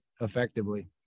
effectively